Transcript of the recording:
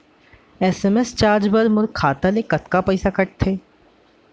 SMS charge बर मोर खाता ले कतका पइसा कटथे?